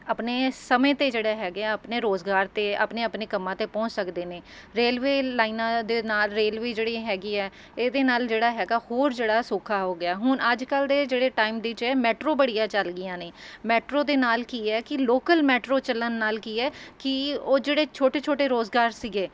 ਆਪਣੇ ਸਮੇਂ 'ਤੇ ਜਿਹੜਾ ਹੈਗੇ ਆ ਆਪਣੇ ਰੁਜ਼ਗਾਰ 'ਤੇ ਆਪਣੇ ਆਪਣੇ ਕੰਮਾਂ 'ਤੇ ਪਹੁੰਚ ਸਕਦੇ ਨੇ ਰੇਲਵੇ ਲਾਈਨਾਂ ਦੇ ਨਾਲ ਰੇਲਵੇ ਜਿਹੜੀ ਹੈਗੀ ਹੈ ਇਹਦੇ ਨਾਲ ਜਿਹੜਾ ਹੈਗਾ ਹੋਰ ਜਿਹੜਾ ਸੌਖਾ ਹੋ ਗਿਆ ਹੁਣ ਅੱਜ ਕੱਲ੍ਹ ਦੇ ਜਿਹੜੇ ਟਾਈਮ ਦੀ ਜੇ ਮੈਟਰੋ ਬੜੀਆਂ ਚੱਲ ਗਈਆਂ ਨੇ ਮੈਟਰੋ ਦੇ ਨਾਲ ਕੀ ਹੈ ਕਿ ਲੋਕਲ ਮੈਟਰੋ ਚੱਲਣ ਨਾਲ਼ ਕੀ ਹੈ ਕਿ ਉਹ ਜਿਹੜੇ ਛੋਟੇ ਛੋਟੇ ਰੁਜ਼ਗਾਰ ਸੀਗੇ